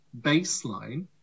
baseline